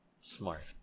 smart